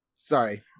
Sorry